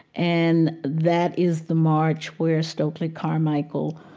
and that is the march where stokely carmichael,